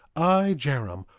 i, jarom,